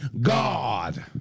God